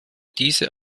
diese